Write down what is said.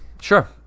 Sure